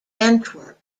antwerp